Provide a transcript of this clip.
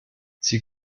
sie